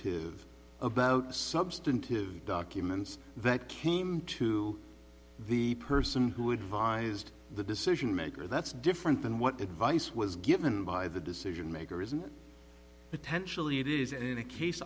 e about substantive documents that came to the person who advised the decision maker that's different than what advice was given by the decision makers and potentially it is in a case